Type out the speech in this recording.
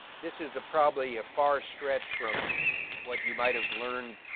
this is probably a far stretch from what you might have learned,